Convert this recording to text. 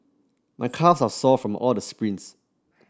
my calves are sore from all the sprints